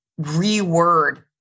reword